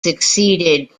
succeeded